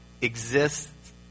exists